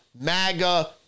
MAGA